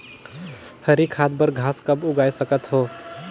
हरी खाद बर घास कब उगाय सकत हो?